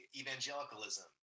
evangelicalism